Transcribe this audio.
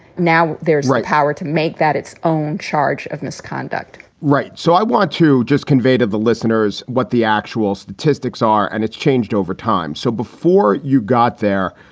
now there's right power to make that its own charge of misconduct right. so i want to just convey to the listeners what the actual statistics are, and it's changed over time. so before you got there,